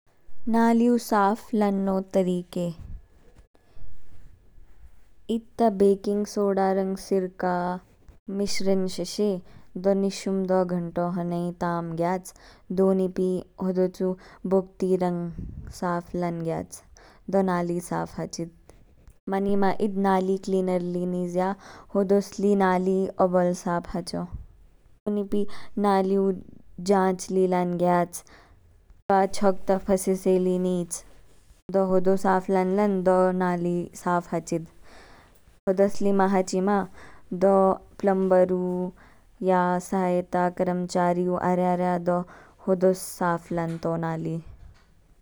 नालियु साफ लान्नो तरीके ईद ता बेकिंग सोडा रंग सीरका मिश्रण शेशे, दो नीश शुम दो घन्टो होने ताम गयाच। दो नीपी होदो चु बोक ती रंग साफ लान ग्याच, दो नाली साफ हाचेद, मानीमा ईद नाली कलीनर ली नीजया। होदोस ली नीली ओबल साफ हाचो। दो नीपी नालियू जांच ली लान ग्याच, इपा छोग ता फसेसे ली नीच, दो होदो साफ लान लान दो नाली साफ हाचेद। होदोस ली मा हाचीमा दो पलमबरू या साहायता कर्मचारियू आर्यार्या दो होदोस साफ लानतो नाली।